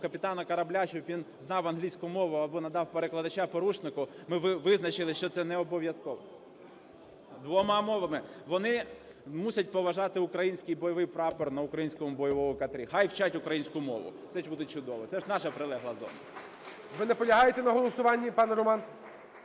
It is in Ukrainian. капітану корабля, щоб він знав англійську мову або надав перекладача порушнику. Ми визначили, що це не обов'язково. Двома мовами. Вони мусять поважати український бойовий прапор на українському бойовому катері. Хай вчать українську мову. Це буде чудово. Це ж наша прилегла зона. ГОЛОВУЮЧИЙ. Ви наполягаєте на голосуванні, пане Роман?